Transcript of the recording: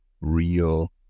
real